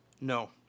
no